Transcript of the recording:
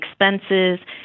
expenses